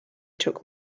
took